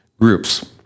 groups